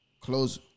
close